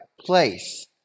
place